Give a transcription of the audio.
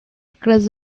across